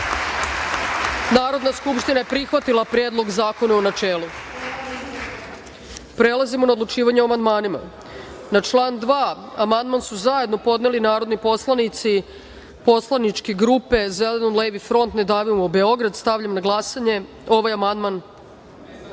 svima. Narodna skupština je prihvatila Predlog zakona u načelu. Prelazimo na odlučivanje o amandmanima. Na član 2. amandman su zajedno podneli narodni poslanici poslaničke grupe Zeleno-levi front, Ne davimo Beograd. Stavljam na glasanje ovaj